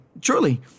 truly